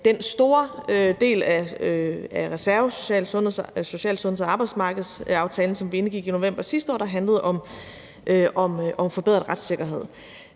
om fordelingen af reserven på social-, sundheds- og arbejdsmarkedsområdet, som vi indgik i november, og som handlede om forbedret retssikkerhed.